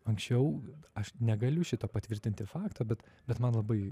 anksčiau aš negaliu šito patvirtinti fakto bet bet man labai